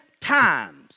times